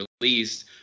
released